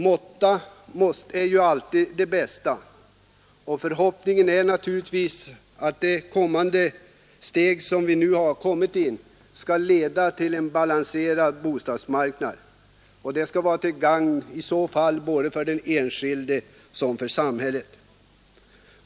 Måtta ju alltid det bästa, och förhoppningen är naturligtvis att det steg som vi nu är på väg att ta skall leda till en balanserad bostadsmarknad, till gagn både för den enskilde och för samhället.